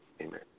Amen